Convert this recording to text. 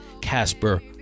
Casper